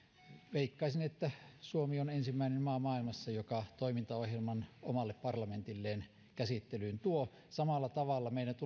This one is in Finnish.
veikkaisin että suomi on ensimmäinen maa maailmassa joka tuo toimintaohjelman omalle parlamentilleen käsittelyyn samalla tavalla meidän